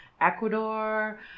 Ecuador